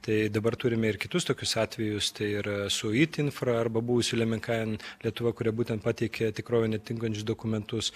tai dabar turime ir kitus tokius atvejus ir su itinfra arba buvusiu lmnkn lietuva kuri būtent pateikė tikrovę atitinkančius dokumentus